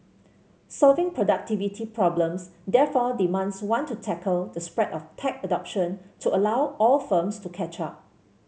solving productivity problems therefore demands one to tackle the spread of tech adoption to allow all firms to catch up